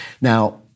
Now